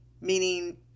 meaning